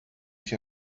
ich